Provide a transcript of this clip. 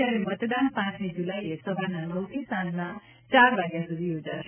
જ્યારે મતદાન પાંચમી જુલાઇએ સવારના નવથી સાંજના ચાર વાગ્યા સુધી યોજાશે